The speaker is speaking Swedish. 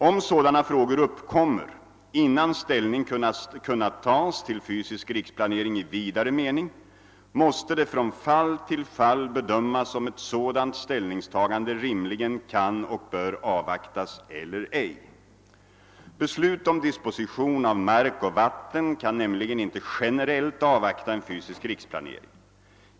Om sådana frågor uppkommer innan ställning kunnat tas till fysisk riksplanering i vidare mening, måste det från fall till fall bedömas om ett sådant ställningstagande rimligen kan och bör avvaktas eller ej. Beslut om disposition av mark och vatten kan nämligen inte generellt avvakta en fysisk riksplanering.